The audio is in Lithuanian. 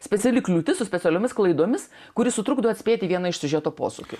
speciali kliūtis su specialiomis klaidomis kuri sutrukdo atspėti vieną iš siužeto posūkių